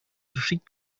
решить